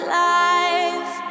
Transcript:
life